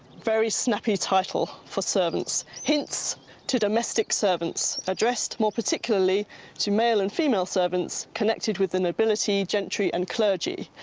very snappy title for servants hints to domestic servants, addressed more particularly to male and female servants connected with the nobility, gentry and clergy.